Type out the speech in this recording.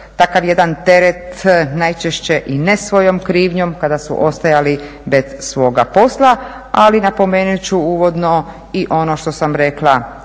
takav jedan teret najčešće i ne svojom krivnjom kada su ostajali bez svoga posla. Ali napomenut ću uvodno i ono što sam rekla